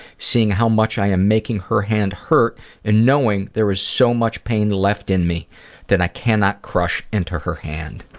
seeing how much i am making her hand hurt and knowing there is so much pain left in me that i cannot crush into her hand.